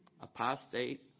Apostate